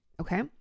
Okay